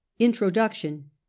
Introduction